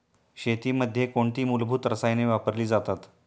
शेतीमध्ये कोणती मूलभूत रसायने वापरली जातात?